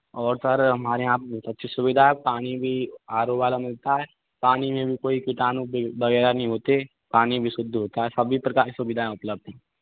और सर हमारे यहाँ बहुत अच्छी सुविधा है पानी भी आर ओ वाला मिलता है पानी में भी कोई कीटाणु वगैरह नहीं होते पानी भी शुद्ध होता है सभी प्रकार की सुविधाएँ उपलब्ध हैं